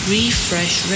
Refresh